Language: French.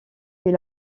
fait